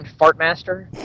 Fartmaster